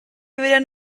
berean